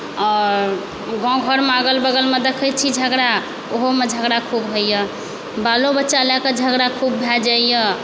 आओर गाँव घरमे अगल बगलमे देखै छी झगड़ा ओहोमे झगड़ा खुब होइया बालो बच्चा लए कऽ झगड़ा खुब भए जाइया